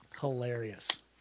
Hilarious